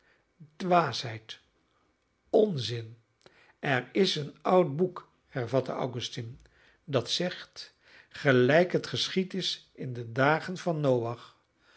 dwaasheid onzin er is een oud boek hervatte augustine dat zegt gelijk het geschied is in de dagen van noach